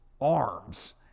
arms